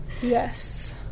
Yes